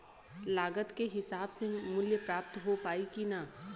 लागत के हिसाब से मूल्य प्राप्त हो पायी की ना?